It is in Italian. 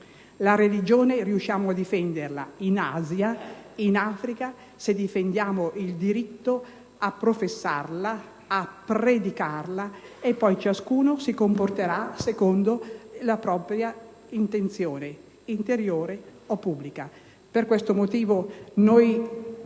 La religione riusciamo a difenderla in Asia e in Africa se difendiamo il diritto a professarla e a predicarla. Poi ognuno si comporterà secondo la propria intenzione, interiore o pubblica. Per questo motivo,